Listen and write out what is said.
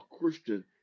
Christian